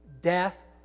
death